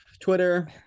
twitter